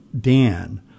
Dan